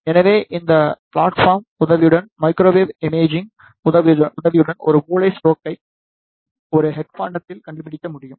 எனவே இந்த பிளாட்பாம் உதவியுடன் மைக்ரோவேவ் இமேஜிங் உதவியுடன் ஒரு மூளை ஸ்டோக்கை ஒரு ஹெட் பாண்டதில் கண்டுபிடிக்க முடியும்